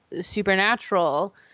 supernatural